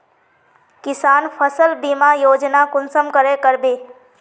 किसान फसल बीमा योजना कुंसम करे करबे?